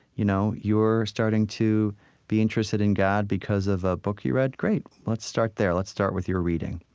you know you're starting to be interested in god because of a book you read. great. let's start there. let's start with your reading.